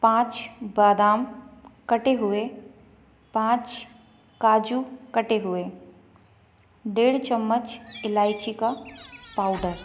पाँच बदाम कटे हुए पाँच काजू कटे हुए डेढ़ चम्मच इलायची का पाउडर